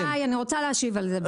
רגע גיא אני רוצה להשיב על זה בבקשה,